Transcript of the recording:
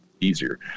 easier